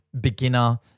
beginner